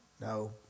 No